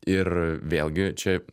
ir vėlgi čia